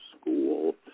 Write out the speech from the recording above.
school